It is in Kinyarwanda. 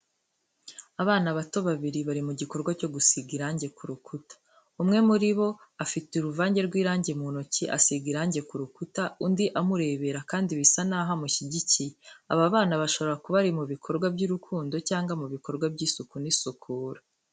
Abana bato babiri bari mu gikorwa cyo gusiga irangi ku rukuta. Umwe muri bo afite uruvange rw’irangi mu ntoki asiga irangi ku rukuta, undi amurebera kandi bisa naho amushyigikiye. Aba bana bashobora kuba bari mu bikorwa by’urukundo cyangwa mu bikorwa by’isuku n’isukura.